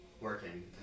working